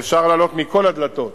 ואפשר לעלות מכל הדלתות,